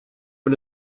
per